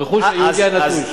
הרכוש היהודי הנטוש.